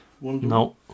No